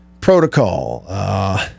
protocol